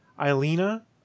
Elena